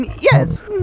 Yes